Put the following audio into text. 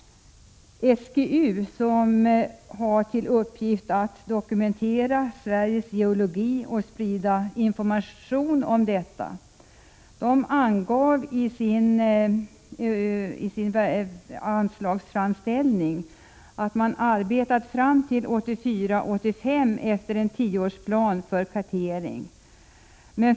SGU, som har till uppgift att dokumentera Sveriges geologi och sprida information, angav i sin anslagsframställning att man fram till 1984/85 hade arbetat efter en tioårsplan för kartering.